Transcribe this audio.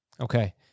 Okay